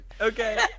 Okay